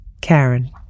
Karen